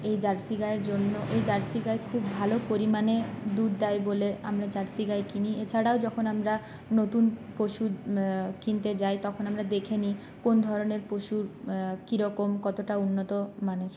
এই জার্সি গাইয়ের জন্য এই জার্সি গাই খুব ভালো পরিমাণে দুধ দেয় বলে আমরা জার্সি গাই কিনি এছাড়াও যখন আমরা নতুন পশু কিনতে যাই তখন আমরা দেখে নিই কোন ধরনের পশু কীরকম কতটা উন্নত মানের